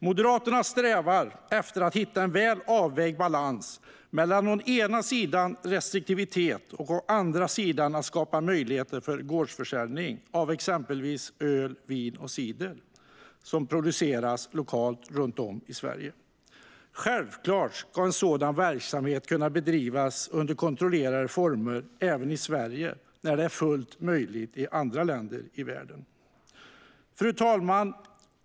Moderaterna strävar efter att hitta en väl avvägd balans mellan å ena sidan restriktivitet och å andra sidan möjligheter för gårdsförsäljning av exempelvis öl, vin och cider som produceras lokalt runt om i Sverige. Självklart ska sådan verksamhet kunna bedrivas under kontrollerade former även i Sverige när det är fullt möjligt i andra länder i världen. Fru talman!